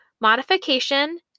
Modification